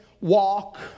walk